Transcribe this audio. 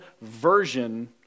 version